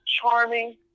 charming